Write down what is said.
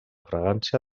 fragància